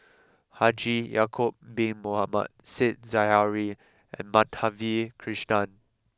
Haji Ya'Acob Bin Mohamed said Zahari and Madhavi Krishnan